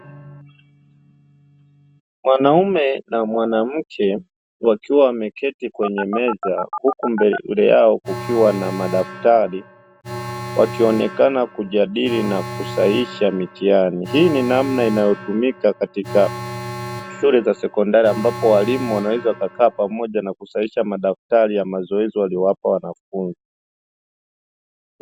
Mwanaume na mwanamke wakiwa wameketi kwenye meza huku mbele yao kukiwa na madaftari, wakionekana kujadili na kusahisha mitihani, hii ni namna inayotumika katika shule za sekondari ambapo walimu wanaweza kukaa pamoja na kusahihisha madaftari ya mazoezi waliyowapa wanafunzi.